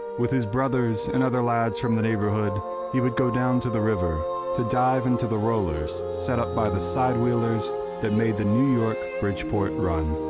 with his brothers and other lads from the neighborhood he would go down to the river to dive into the rollers set up by the side-wheelers that made the new york-bridgeport run.